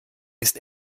ist